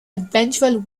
eventual